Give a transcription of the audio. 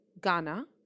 Ghana